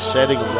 Setting